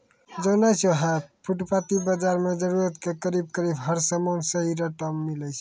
जानै छौ है फुटपाती बाजार मॅ जरूरत के करीब करीब हर सामान सही रेटो मॅ मिलै छै